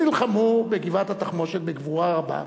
הם נלחמו בגבעת-התחמושת בגבורה רבה,